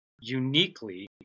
uniquely